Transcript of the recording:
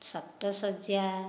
ସପ୍ତସର୍ଯ୍ୟା